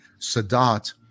Sadat